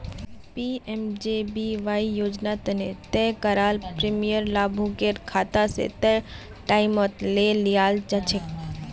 PMJBY योजना तने तय कराल प्रीमियम लाभुकेर खाता स तय टाइमत ले लियाल जाछेक